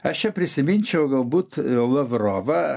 aš čia prisiminčiau galbūt lavrovą